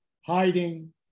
hiding